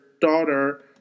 daughter